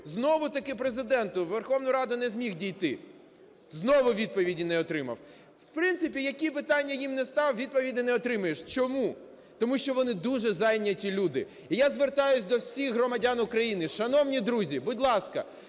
знову-таки Президенту, у Верховну Раду не зміг дійти. Знову відповіді не отримав. В принципі, які питання їм не став – відповіді не отримаєш. Чому? Тому що вони дуже зайняті люди. І я звертаюсь до всіх громадян України. Шановні друзі, будь ласка,